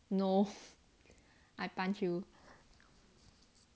no I punch you